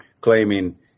claiming